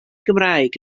gymraeg